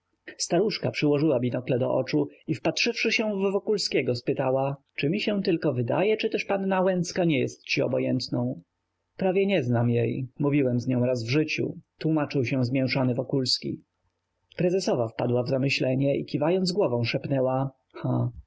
staruszka przyłożyła binokle do oczu i wpatrzywszy się w wokulskiego spytała czy mi się tylko wydaje czyli też panna łęcka nie jest ci obojętną prawie nie znam jej mówiłem z nią raz w życiu tłómaczył się zmięszany wokulski prezesowa wpadła w zamyślenie i kiwając głową